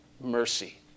Mercy